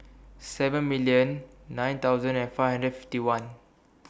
seven million nine thousand and five hundred forty one